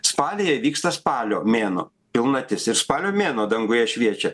spalyje vyksta spalio mėnuo pilnatis ir spalio mėnuo danguje šviečia